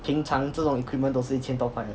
平常这种 equipment 都是一千多块的